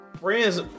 Friends